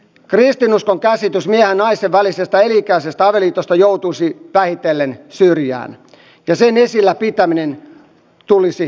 kristinuskon käsitys miehen ja naisen välisestä elinikäisestä avioliitosta joutuisi vähitellen syrjään ja sen esillä pitäminen tulisi tuomittavaksi